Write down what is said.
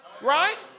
Right